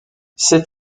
ses